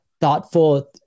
thoughtful